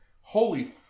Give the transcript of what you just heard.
Holy